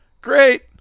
great